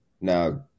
Now